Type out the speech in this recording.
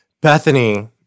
Bethany